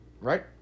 Right